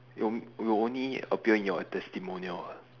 it will it will only appear in your testimonial [what]